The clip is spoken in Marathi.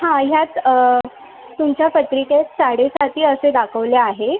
हां ह्यात तुमच्या पत्रिकेत साडेसाती असे दाखवले आहे